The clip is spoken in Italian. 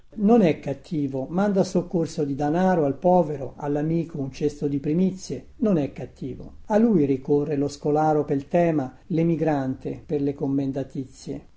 non è cattivo manda soccorso di danaro al povero allamico un cesto di primizie non è cattivo a lui ricorre lo scolaro pel tema lemigrante per le